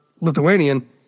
Lithuanian